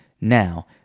now